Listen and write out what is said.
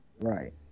Right